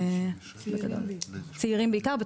צעירים בעיקר,